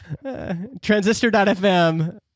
Transistor.fm